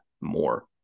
more